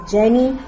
Jenny